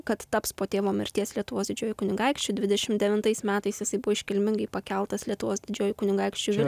kad taps po tėvo mirties lietuvos didžiuoju kunigaikščiu dvidešimt devintais metais jisai buvo iškilmingai pakeltas lietuvos didžiuoju kunigaikščiu